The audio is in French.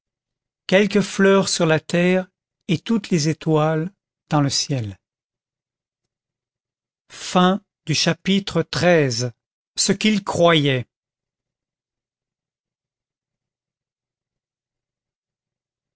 quelques fleurs sur la terre et toutes les étoiles dans le ciel chapitre xiv ce qu'il